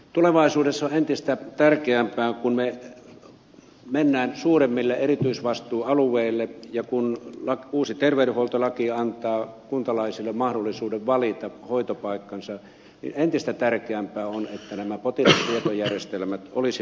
tulevaisuudessa on entistä tärkeämpää kun me menemme suuremmille erityisvastuualueille ja kun uusi terveydenhuoltolaki antaa kuntalaisille mahdollisuuden valita hoitopaikkansa että nämä potilastietojärjestelmät olisivat samoja